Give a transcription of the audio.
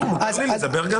גור, אתה תיתן לי לדבר?